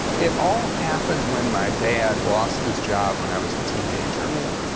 it all happened when my dad lost his job when i was a teenager. yeah.